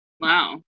wow